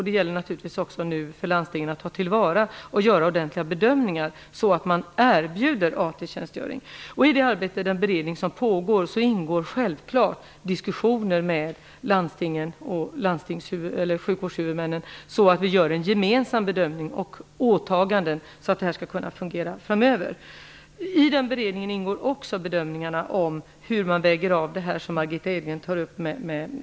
Det gäller naturligtvis för landstingen att nu göra ordentliga bedömningar så att I den beredning som pågår ingår självfallet diskussioner med landstingen och sjukvårdshuvudmännen för att vi skall göra en gemensam bedömning och gemensamma åtaganden så att detta skall kunna fungera framöver. I beredningen ingår också att bedöma hur man skall väga av detta med Europakompetensen, som Margitta Edgren tar upp.